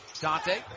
Dante